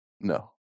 No